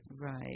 Right